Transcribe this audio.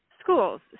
schools